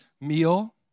meal